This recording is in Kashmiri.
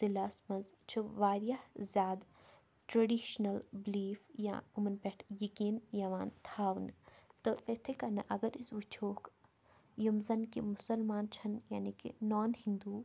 ضلعَس منٛز چھِ واریاہ زیادٕ ٹرٛیٚڈِشنَل بِلیٖف یا یِمَن پٮ۪ٹھ یقیٖن یِوان تھاونہٕ تہٕ یِتھَے کَنۍ اَگر أسۍ وُچھہوکھ یِم زَن کہِ مُسلمان چھِنہٕ یعنی کہِ نان ہندوٗ